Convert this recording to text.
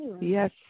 Yes